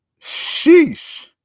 Sheesh